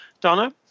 Donna